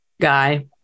guy